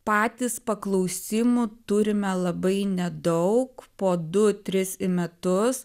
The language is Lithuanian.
patys paklausimų turime labai nedaug po du tris į metus